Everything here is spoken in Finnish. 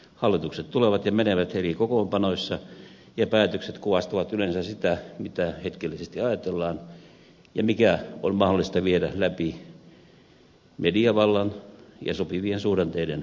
hallitukset tulevat ja menevät eri kokoonpanoissa ja päätökset kuvastavat yleensä sitä mitä hetkellisesti ajatellaan ja mikä on mahdollista viedä läpi mediavallan ja sopivien suhdanteiden myötä